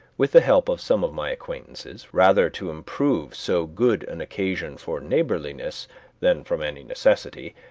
with the help of some of my acquaintances, rather to improve so good an occasion for neighborliness than from any necessity,